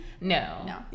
No